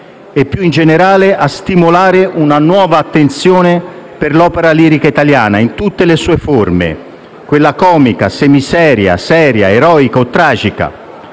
e più in generale a stimolare una nuova attenzione per l'opera lirica italiana in tutte le sue forme: quella comica, semiseria, seria, eroica, tragica.